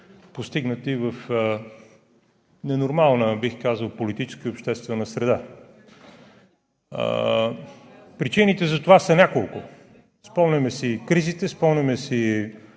постигнати в ненормална, бих казал, политическа и обществена среда. Причините за това са няколко. Спомняме си кризите, спомняме си